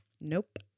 Nope